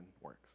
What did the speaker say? works